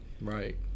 right